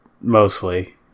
mostly